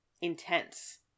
intense